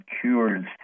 cures